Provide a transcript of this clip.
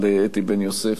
אתי בן-יוסף,